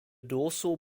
dorsal